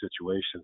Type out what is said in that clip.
situations